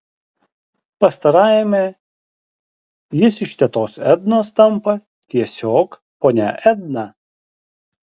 pastarajame jis iš tetos ednos tampa tiesiog ponia edna